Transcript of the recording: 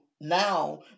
now